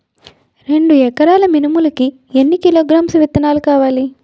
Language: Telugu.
రెండు ఎకరాల మినుములు కి ఎన్ని కిలోగ్రామ్స్ విత్తనాలు కావలి?